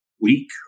week